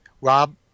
Rob